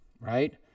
right